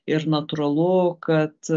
ir natūralu kad